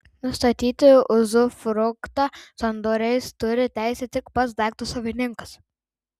nustatyti uzufruktą sandoriais turi teisę tik pats daikto savininkas